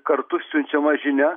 kartu siunčiama žinia